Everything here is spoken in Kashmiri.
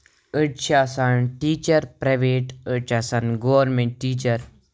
أڑۍ چھِ آسان ٹیٖچر پریویٹ أڑۍ چھِ آسان گورمینٹ ٹیٖچر